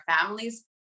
families